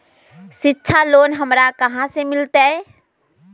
शिक्षा लोन हमरा कहाँ से मिलतै?